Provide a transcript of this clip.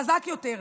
חזק יותר.